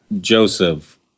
Joseph